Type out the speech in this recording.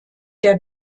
der